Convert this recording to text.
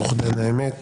ברוך דיין האמת